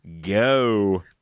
go